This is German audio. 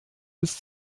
bis